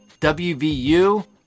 WVU